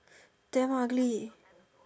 damn ugly